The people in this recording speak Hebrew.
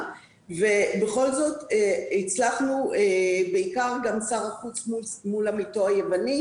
ובכל זאת הצלחנו בעיקר גם שר החוץ מול עמיתו היווני,